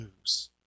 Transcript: news